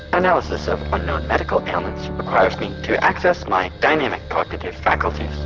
analysis of unknown medical ailments requires me to access my dynamic cognitive faculties,